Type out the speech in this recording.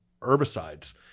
herbicides